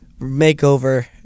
makeover